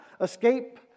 escape